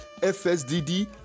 FSDD